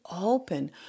open